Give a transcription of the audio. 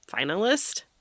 finalist